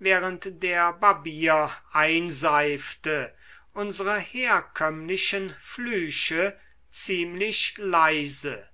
während der barbier einseifte unsere herkömmlichen flüche ziemlich leise